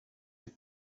rero